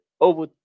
over